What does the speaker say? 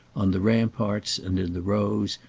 on the ramparts and in the rows,